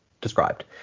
described